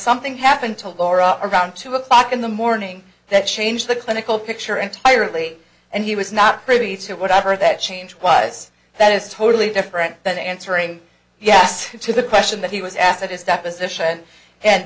something happened to laura around two o'clock in the morning that changed the clinical picture entirely and he was not privy to what i heard that change wise that is totally different than answering yes to the question that he was asked at his deposition and